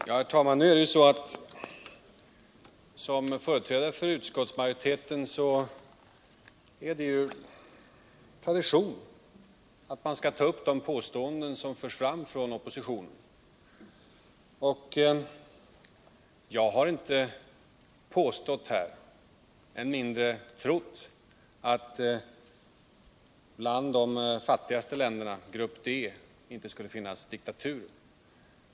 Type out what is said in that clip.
Herr talman! Det är tradition att man såsom företrädare för utskoutsmajoriteten tar upp de påståenden som törs fram från oppositionen. Jag har inte påstått — än mindre trott — att det bland de fattigaste länderna, dvs. grupp D, inte skulle finnas diktaturer.